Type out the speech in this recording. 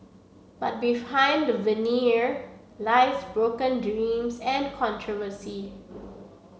but behind the veneer lies broken dreams and controversy